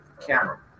camera